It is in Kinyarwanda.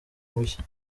mushya